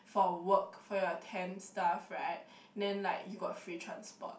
for work for your temp staff right then like you got free transport